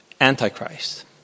Antichrist